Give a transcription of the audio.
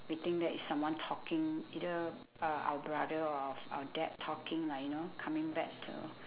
we think that is someone talking either uh our brother or our dad talking like you know coming back